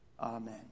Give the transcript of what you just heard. Amen